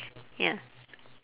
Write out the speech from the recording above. ya